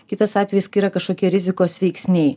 kitas atvejis kai yra kažkokie rizikos veiksniai